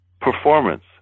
performance